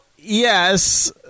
Yes